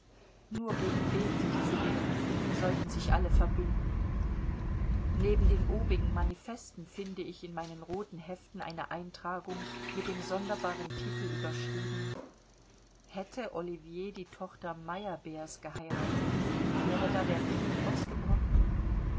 nur gegen den sich zu wehren sollten alle sich verbünden neben den obigen manifesten finde ich in meinen roten heften eine eintragung mit dem sonderbaren titel überschrieben hätte ollivier die tochter meyerbeers geheiratet wäre da der krieg ausgebrochen